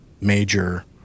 major